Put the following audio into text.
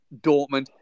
Dortmund